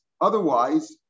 otherwise